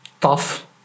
tough